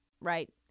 right